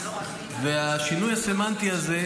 והשינוי הסמנטי הזה,